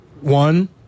One